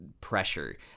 pressure